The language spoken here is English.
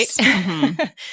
Right